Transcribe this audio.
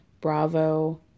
Bravo